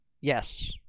Yes